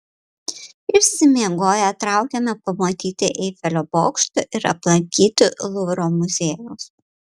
išsimiegoję traukėme pamatyti eifelio bokšto ir aplankyti luvro muziejaus